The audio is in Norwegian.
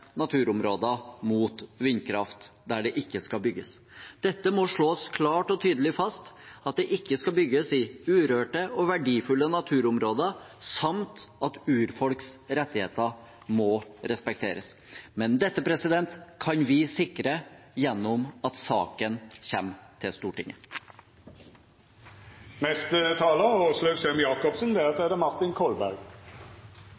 naturområder mot vindkraft der det ikke skal bygges. Det må slås klar og tydelig fast at det ikke skal bygges i urørte og verdifulle naturområder, samt at urfolks rettigheter må respekteres. Dette kan vi sikre gjennom at saken kommer til